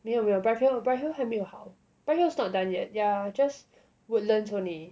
没有没有 bright hill bright hill 还没有好 bright hill is not done yet yeah just woodlands only